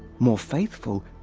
more faithful.